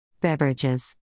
Beverages